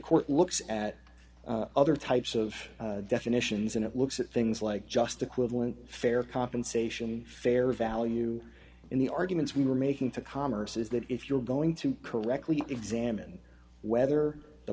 court looks at other types of definitions and it looks at things like just equivalent fair compensation fair value in the arguments we were making to commerce is that if you're going to correctly examine whether the